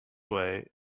way